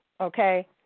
Okay